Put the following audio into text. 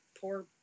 poor